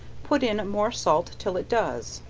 put in more salt till it does,